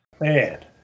Man